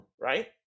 Right